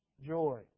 Joy